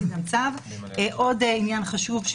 עוד עניין חשוב,